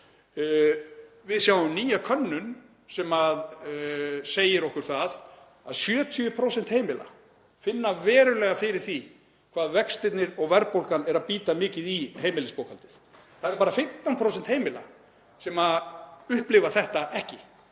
verðbólgu. Ný könnun segir okkur það að 70% heimila finni verulega fyrir því hvað vextirnir og verðbólgan er að bíta mikið í heimilisbókhaldinu. Það eru bara 15% heimila sem upplifa þetta ekki.